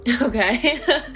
Okay